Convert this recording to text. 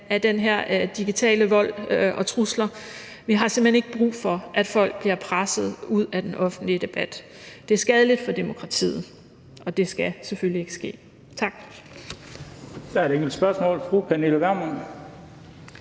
trusler på digitale midier. Vi har simpelt hen ikke brug for, at folk bliver presset ud af den offentlige debat. Det er skadeligt for demokratiet, og det skal selvfølgelig ikke ske. Tak.